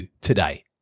today